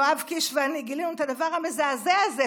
יואב קיש ואני גילינו את הדבר המזעזע הזה,